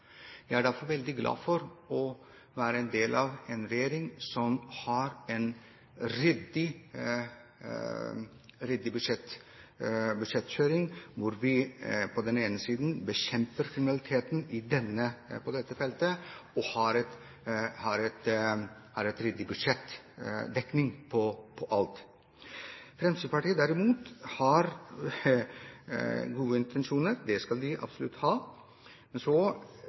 en regjering som har en ryddig budsjettkjøring, hvor vi på den ene siden bekjemper kriminalitet på dette feltet, og på den andre siden har en ryddig budsjettdekning på alt. Fremskrittspartiet har gode intensjoner, det skal de absolutt ha, men så